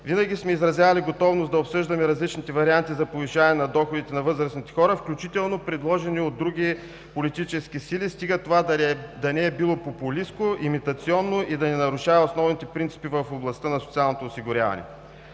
Винаги сме изразявали готовност да обсъждаме различните варианти за повишаване на доходите на възрастните хора, включително предложени от политически сили, стига това да не е било популистко, имитационно и да не нарушава основните принципи в областта на социалното осигуряване.